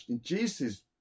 Jesus